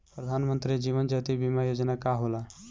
प्रधानमंत्री जीवन ज्योति बीमा योजना का होला?